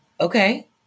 okay